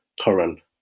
current